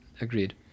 Agreed